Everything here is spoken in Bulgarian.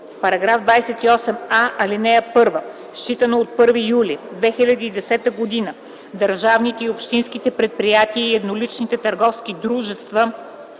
28а: „§ 28а. (1) Считано от 1 юли 2010 г. държавните и общинските предприятия и едноличните търговски дружества